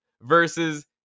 versus